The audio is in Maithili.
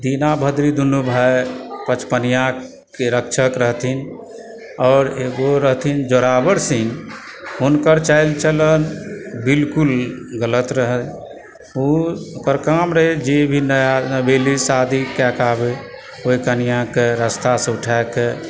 दीना बद्री दुनु भाय पचपनियाक रक्षक रहथिन आओर एगो रहथिन जोरावर सिंह हुनकर चालि चलन बिल्कुल गलत रहय ओ ओकर काम रहय जे भी नया नवेली शादी कयके आबय ओहि कनिआके रास्तासँ उठाकऽ